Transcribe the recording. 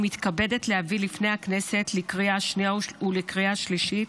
התשפ"ד 2024, לקריאה השנייה והשלישית.